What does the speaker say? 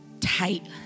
tight